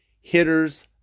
hitters